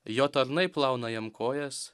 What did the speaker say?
jo tarnai plauna jam kojas